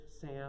Sam